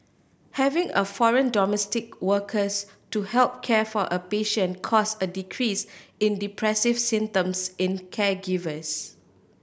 having a foreign domestic workers to help care for a patient caused a decrease in depressive symptoms in caregivers